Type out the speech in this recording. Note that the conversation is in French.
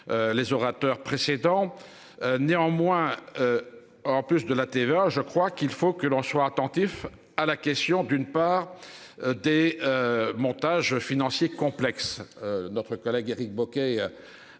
Les orateurs précédents. Néanmoins. En plus de la TVA. Je crois qu'il faut que l'anchois attentif à la question d'une part. Des. Montages financiers complexes.